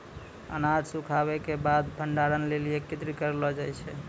अनाज सूखैला क बाद भंडारण लेलि एकत्रित करलो जाय छै?